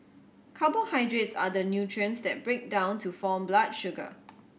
carbohydrates are the nutrients that break down to form blood sugar